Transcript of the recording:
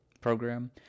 program